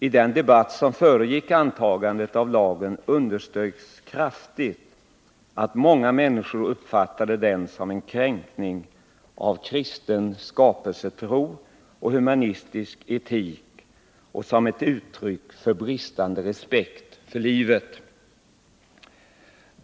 I den debatt som föregick antagandet av lagen underströks kraftigt att många människor uppfattade den som en kränkning av kristen skapelsetro och humanistisk etik och som ett uttryck för bristande respekt för livet.